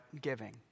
giving